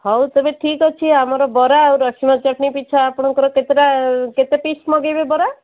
ହଉ ତେବେ ଠିକ୍ ଅଛି ଆମର ବରା ଆଉ ରସୁଣ ଚଟଣି ପିଛା ଆପଣଙ୍କର କେତେଟା କେତେ ପିସ୍ ମଗାଇବ ବରା